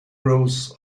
grows